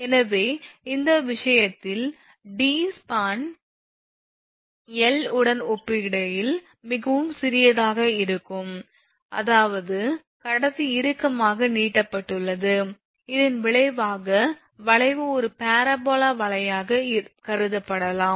எனவே இந்த விஷயத்தில் d ஸ்பான் L உடன் ஒப்பிடுகையில் மிகவும் சிறியதாக இருக்கும்போது அதாவது கடத்தி இறுக்கமாக நீட்டப்பட்டுள்ளது இதன் விளைவாக வளைவு ஒரு பரபோலா வலையாக கருதப்படலாம்